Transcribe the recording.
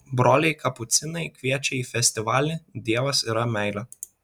broliai kapucinai kviečia į festivalį dievas yra meilė